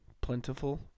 plentiful